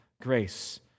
grace